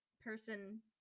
person